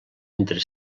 entre